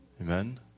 Amen